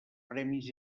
premis